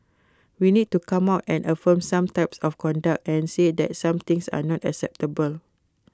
we need to come out and affirm some types of conduct and say that some things are not acceptable